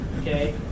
okay